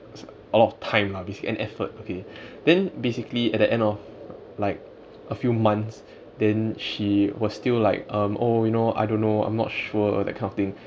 a lot of time lah basically and effort okay then basically at the end of like a few months then she was still like um oh you know I don't know I'm not sure that kind of thing